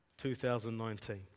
2019